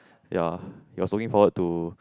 ya he was looking forward to